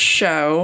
show